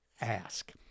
ask